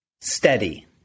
steady